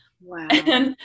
Wow